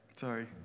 Sorry